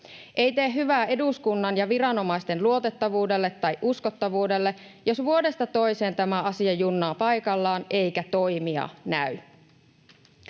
Ei tee hyvää eduskunnan ja viranomaisten luotettavuudelle tai uskottavuudelle, jos vuodesta toiseen tämä asia junnaa paikallaan eikä toimia näy.